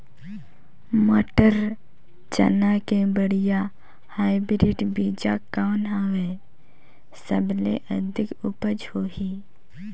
मटर, चना के बढ़िया हाईब्रिड बीजा कौन हवय? सबले अधिक उपज होही?